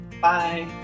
bye